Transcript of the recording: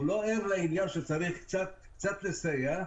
והוא לא ער לעניין שצריך קצת לסייע.